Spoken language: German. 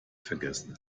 vergessen